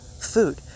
food